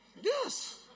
Yes